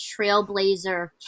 Trailblazer